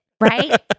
right